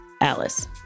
Alice